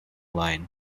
line